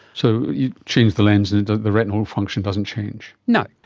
so you change the lens and and the retinal function doesn't change. no.